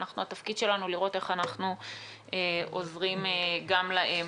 והתפקיד שלנו הוא לראות איך אנחנו עוזרים גם להם.